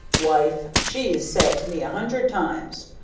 wife, she's said to me a hundred times,